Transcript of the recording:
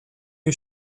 you